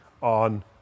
on